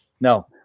no